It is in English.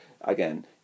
Again